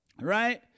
right